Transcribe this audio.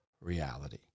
reality